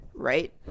right